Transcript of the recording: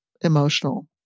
emotional